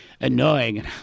annoying